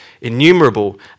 innumerable